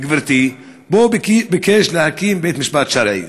גברתי, ובו ביקש להקים בית-משפט שרעי,